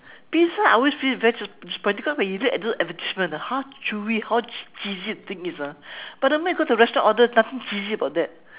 pizza I always feel very when you look at those advertisement how chewy how ch~ cheesy the things is ah but the moment you go to restaurant order nothing cheesy about that